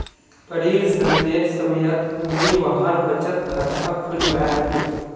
परीर जन्मेर समयत मुई वहार बचत खाता खुलवैयानु